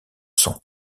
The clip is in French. son